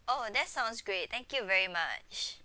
oh that sounds great thank you very much